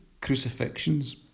Crucifixions